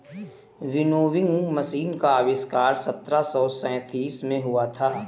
winnowing machine का आविष्कार सत्रह सौ सैंतीस में हुआ था